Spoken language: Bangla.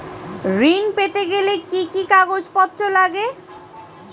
ঋণ পেতে গেলে কি কি কাগজপত্র লাগে?